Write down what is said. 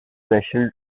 special